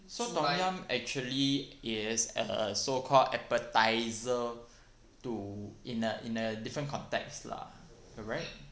so tom yum actually is a so called appetiser to in a in a different context lah correct